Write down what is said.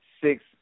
Six